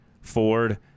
Ford